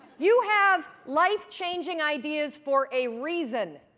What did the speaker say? you have life-changing ideas for a reason,